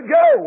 go